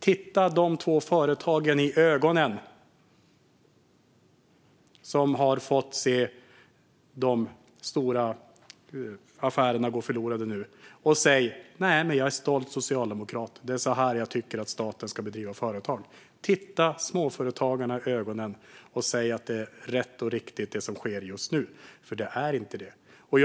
Titta de två företagare i ögonen som nu har fått se de stora affärerna gå förlorade och säg: Jag är stolt socialdemokrat - det är så här jag tycker att staten ska driva företag. Titta småföretagarna i ögonen och säg att det som sker just nu är rätt och riktigt! Det är det inte.